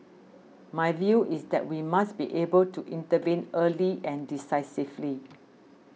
my view is that we must be able to intervene early and decisively